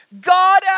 God